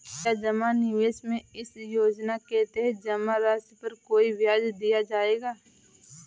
क्या जमा निवेश में इस योजना के तहत जमा राशि पर कोई ब्याज दिया जाएगा?